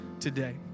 today